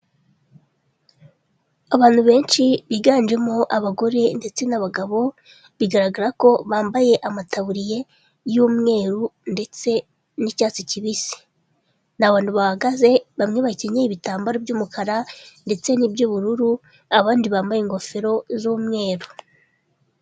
Abantu benshi biganjemo abagore ndetse n'abagabo, bigaragara ko bambaye amataburiya y'umweru ndetse n'icyatsi kibisi, ni abantu bahagaze bamwe bacyenyeye ibitambaro by'umukara ndetse n'iby'ubururu, abandi bambaye ingofero z'umweru.